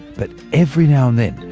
but every now and then,